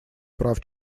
прав